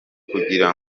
kugira